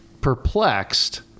perplexed